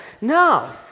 No